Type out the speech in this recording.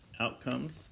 Outcomes